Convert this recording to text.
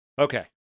Okay